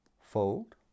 Fold